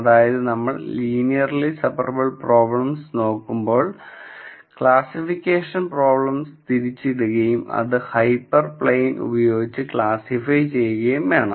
അതായതു നമ്മൾ linearly separable problems നോക്കുമ്പോൾ ക്ലാസ്സിഫിക്കേഷൻ പ്രോബ്ലംസ് തിരിച്ചരിടുകയും അത് ഹൈപ്പർ പ്ലെയിൻ ഉപയോഗിച്ച് ക്ലാസ്സിഫൈ ചെയ്യുകയും വേണം